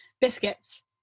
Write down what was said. Biscuits